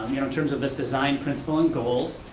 you know terms of this design principle and goals,